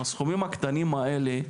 הסכומים הקטנים האלה,